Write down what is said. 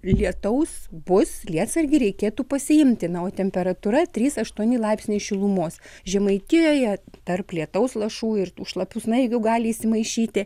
lietaus bus lietsargį reikėtų pasiimti na o temperatūra trys aštuoni laipsniai šilumos žemaitijoje tarp lietaus lašų ir tų šlapių snaigių gali įsimaišyti